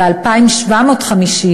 ו-2,750,